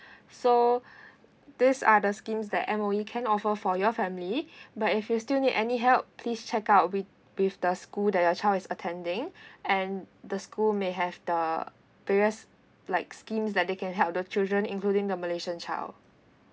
so these are the schemes that M_O_E can offer for your family but if you still need any help please check out with with the school that your child is attending and the school may have the previous like schemes that they can help the children including the malaysian child